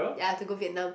ya to go Vietnam